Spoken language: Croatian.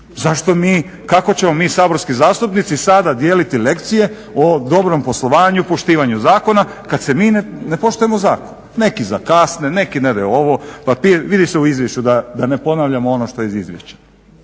Zašto mi, kako ćemo mi saborski zastupnici sada dijeliti lekcije o dobrom poslovanju i poštivanju zakona kad mi ne poštujemo zakon? Neki zakasne, neki ne daju ovo, papire, vidi se u izvješću da ne ponavljamo ono što je iz izvješća.